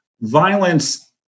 violence